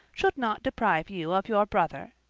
should not deprive you of your brother.